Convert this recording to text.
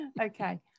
okay